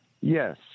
Yes